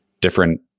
different